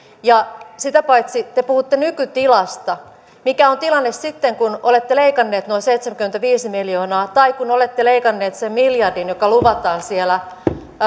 sitä paitsi te puhutte nykytilasta mikä on tilanne sitten kun olette leikanneet nuo seitsemänkymmentäviisi miljoonaa tai kun olette leikanneet sen miljardin joka luvataan siellä